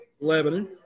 Lebanon